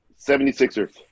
76ers